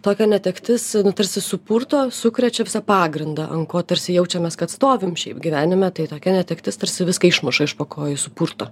tokia netektis tarsi supurto sukrečia visą pagrindą ant ko tarsi jaučiamės kad stovim šiaip gyvenime tai tokia netektis tarsi viską išmuša iš po kojų supurto